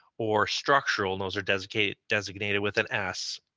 or structural, and those are designated designated with an s.